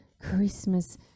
Christmas